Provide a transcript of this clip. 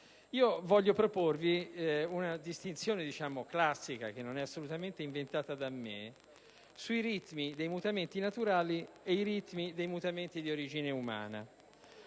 Vi propongo una distinzione classica, che non è assolutamente inventata da me, tra i ritmi dei mutamenti naturali e i ritmi dei mutamenti di origine umana.